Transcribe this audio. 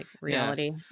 reality